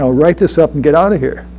so write this up and get out of here.